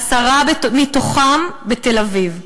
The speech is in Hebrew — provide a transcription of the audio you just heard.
עשרה מתוכם בתל-אביב.